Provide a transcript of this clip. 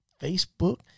Facebook